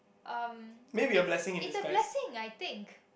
um it's it's a blessing I think